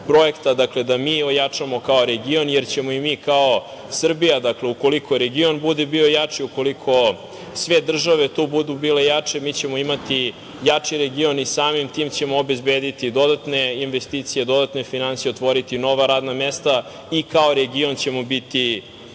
dakle da mi ojačamo kao region, jer ćemo mi kao Srbija, ukoliko region bude bio jači, ukoliko sve države tu budu bile jače, imaćemo jači region i samim tim ćemo obezbediti dodatne investicije, dodatne finansije, otvoriti nova radna mesta i kao region ćemo biti